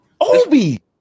Obi